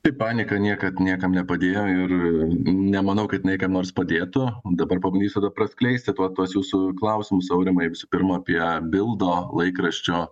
tai panika niekad niekam nepadėjo ir nemanau kad jinai kam nors padėtų dabar pabandysiu dar praskleisti tuo tuos jūsų klausimus aurimai visų pirma apie bildo laikraščio